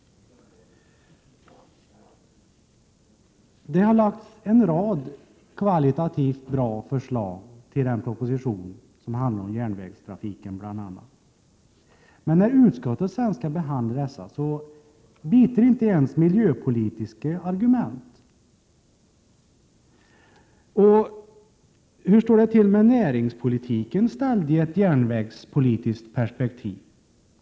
Det har väckts en rad kvalitativt bra förslag med anledning av den proposition som handlar om bl.a. järnvägstrafiken. Men när utskottet sedan skall behandla dessa förslag biter inte ens miljöpolitiska argument. Och hur står det till med näringspolitiken ställd i ett järnvägspolitiskt perspektiv?